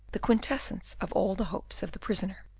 the quintessence of all the hopes of the prisoner.